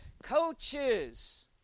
coaches